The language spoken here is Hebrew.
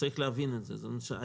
צריך להבין את זה.